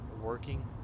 working